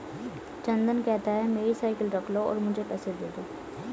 चंदन कहता है, मेरी साइकिल रख लो और मुझे पैसे दे दो